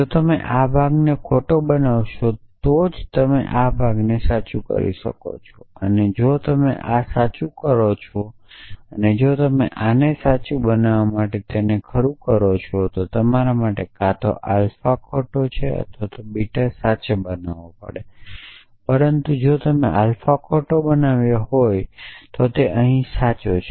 જો તમે આ ભાગને ખોટો બનાવશો તો જ તમે આ ભાગને સાચું કરી શકો છો જો તમે આ સાચું કરો છો અને જો તમે આને સાચું બનાવવા માટે ખરું કરો છો તો તમારે કાં તો આલ્ફા ખોટો અથવા બીટા સાચા બનાવવો પડશે પરંતુ જો તમે આલ્ફા ખોટોબનાવ્યો હોય તો તે અહીં સાચું છે